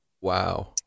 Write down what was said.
Wow